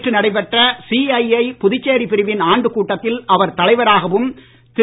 நேற்று நடைபெற்ற சிஐஐ புதுச்சேரி பிரிவின் ஆண்டு கூட்டத்தில் அவர் தலைவராகவும் திரு